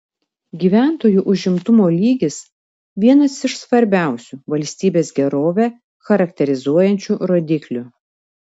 gyventojų užimtumo lygis vienas iš svarbiausių valstybės gerovę charakterizuojančių rodiklių